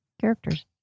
characters